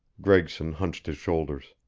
gregson hunched his shoulders.